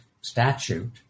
statute